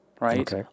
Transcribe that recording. right